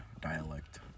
dialect